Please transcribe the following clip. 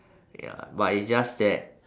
ya but it's just that